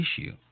issue